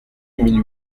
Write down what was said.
mille